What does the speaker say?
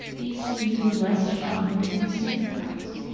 these seem to be less shunned and stigmatized.